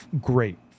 great